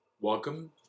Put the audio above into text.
Welcome